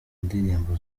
indirimbo